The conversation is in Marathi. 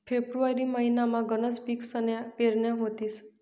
फेब्रुवारी महिनामा गनच पिकसन्या पेरण्या व्हतीस